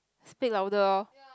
speak louder orh